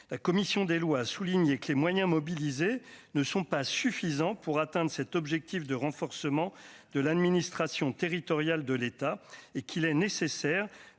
la commission des lois a souligné que les moyens mobilisés ne sont pas suffisants pour atteindre cet objectif de renforcement de l'administration territoriale de l'État et qu'il est nécessaire